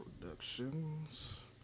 Productions